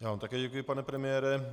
Já vám také děkuji, pane premiére.